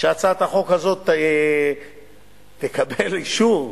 שהצעת החוק הזאת תקבל אישור,